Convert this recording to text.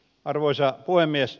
arvoisa puhemies